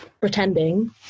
pretending